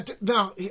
now